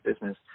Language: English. business